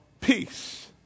peace